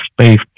space